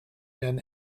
been